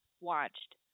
watched